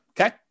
Okay